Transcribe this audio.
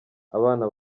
abana